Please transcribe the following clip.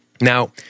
Now